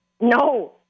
No